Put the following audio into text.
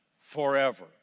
forever